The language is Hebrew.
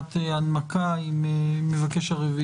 אנחנו נמצאים בישיבה